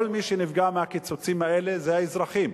כל מי שנפגע מהקיצוצים האלה זה האזרחים.